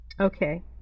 Okay